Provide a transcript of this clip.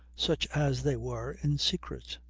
such as they were, in secret,